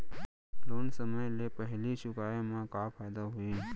Loan समय ले पहिली चुकाए मा का फायदा होही?